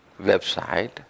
website